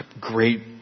great